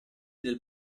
del